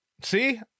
See